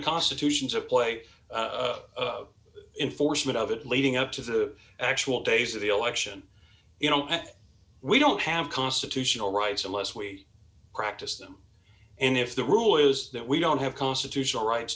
constitution to play in force what of it leading up to the actual days of the election you know we don't have constitutional rights unless we practice them and if the rule is that we don't have constitutional rights